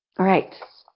alright,